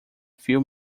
few